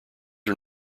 are